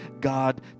God